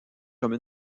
comme